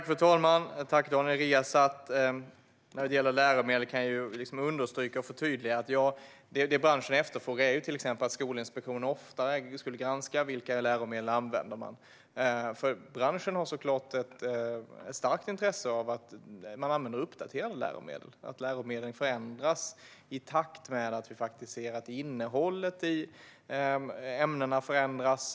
Fru talman! Tack, Daniel Riazat! När det gäller läromedel kan jag understryka och förtydliga att det som branschen efterfrågar är till exempel att Skolinspektionen oftare skulle granska vilka läromedel som används. Branschen har såklart ett stort intresse av att man använder uppdaterade läromedel och att läromedlen förändras i takt med att innehållet i ämnena förändras.